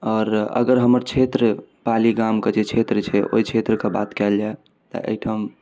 आओर अगर हमर क्षेत्र पाली गामके जे क्षेत्र छै ओहि क्षेत्रके बात कएल जाए तऽ एहिठाम